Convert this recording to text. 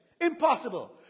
Impossible